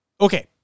okay